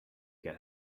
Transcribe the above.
get